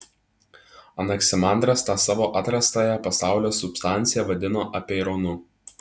anaksimandras tą savo atrastąją pasaulio substanciją vadino apeironu